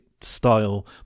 style